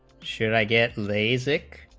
should i get les six